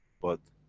but,